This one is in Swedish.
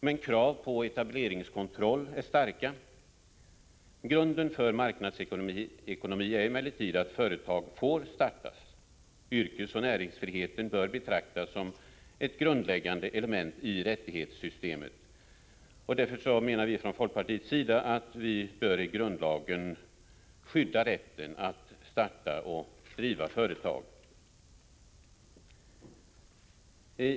Men kraven på etableringskontroll är starka. Grunden för marknadsekonomi är emellertid att företag får startas. Yrkesoch näringsfriheten bör betraktas som ett grundläggande element i rättighetssystemet. Därför menar vi från folkpartiets sida att vi i grundlagen bör skydda rätten att starta och driva företag.